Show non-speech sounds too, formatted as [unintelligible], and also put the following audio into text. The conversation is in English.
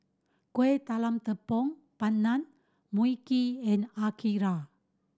Kueh Talam Tepong Pandan Mui Kee and [unintelligible]